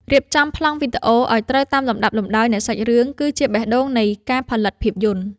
រៀបចំប្លង់វីដេអូឱ្យត្រូវតាមលំដាប់លំដោយនៃសាច់រឿងគឺជាបេះដូងនៃការផលិតភាពយន្ត។